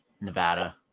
Nevada